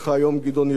כי נדע לעשות.